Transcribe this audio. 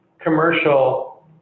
Commercial